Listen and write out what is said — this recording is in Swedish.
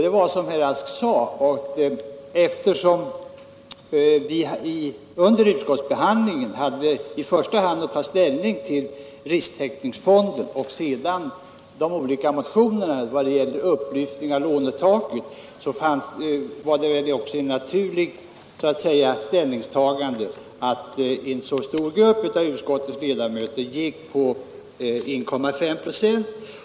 Eftersom vi under utskottsbehandlingen i första hand hade att ta ställning till risktäckningsfonden — som herr Rask sade — och i andra hand till de motioner som gällde en lyftning av lånetaket var det ett naturligt ställningstagande att en så stor del av utskottets ledamöter anslöt sig till förslaget om 1,5 procent.